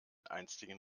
einstigen